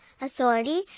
authority